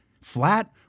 flat